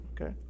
Okay